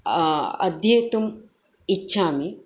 अध्येतुं इच्छामि